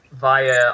via